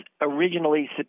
originally